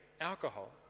alcohol